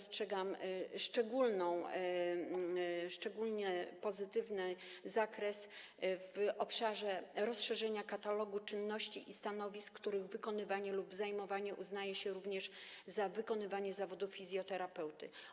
Szczególnie pozytywny zakres dostrzegam w obszarze rozszerzenia katalogu czynności i stanowisk, których wykonywanie lub zajmowanie uznaje się również za wykonywanie zawodu fizjoterapeuty.